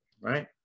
right